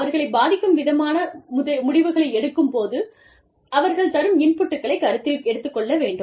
அவர்களைப் பாதிக்கும் விதமான முடிவுகளை எடுக்கும் போது அவர்கள் தரும் இன்புட்களை கருத்தில் எடுத்துக் கொள்ள வேண்டும்